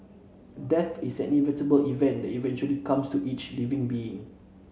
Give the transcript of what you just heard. death is an inevitable event that eventually comes to each living being